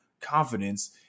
confidence